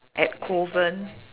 at kovan